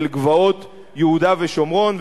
אל גבעות יהודה ושומרון,